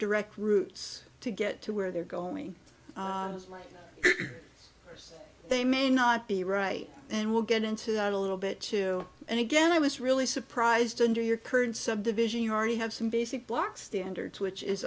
direct routes to get to where they're going they may not be right and we'll get into that a little bit too and again i was really surprised under your current subdivision you already have some basic block standards which is